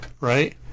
right